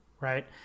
Right